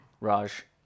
Raj